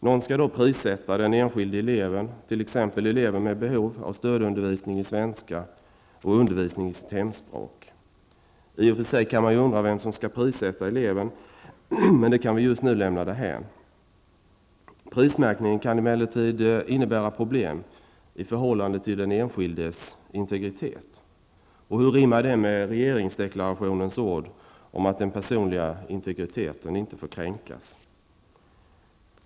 Någon skall då prissätta den enskilde eleven, t.ex. eleven med behov av stödundervisning i svenska och undervisning i sitt hemspråk. I och för sig kan man ju undra vem som skall prissätta eleven, men det kan vi just nu lämna därhän. Prismärkningen kan emellertid innebära problem när det gäller den enskildes integritet. Hur rimmar det med regeringsdeklarationens ord om att ''den personliga integriteten inte får kränkas''.